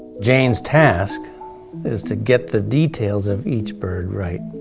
jane's task is to get the details of each bird right.